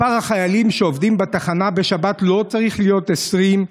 מספר החיילים שעובדים בתחנה בשבת לא צריך להיות 20,